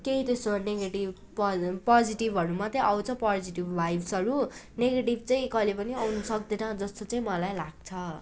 केही त्यस्तो नेगेटिभ प पजिटिभहरू मात्रै आउँछ पजिटिभ भाइब्सहरू नेगेटिभ चाहिँ कहिले पनि आउनु सक्दैन जस्दो चाहिँ मलाई लाग्छ